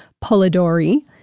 Polidori